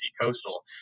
Coastal